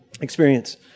experience